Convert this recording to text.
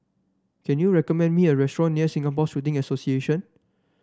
can you recommend me a restaurant near Singapore Shooting Association